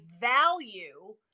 value